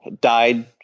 died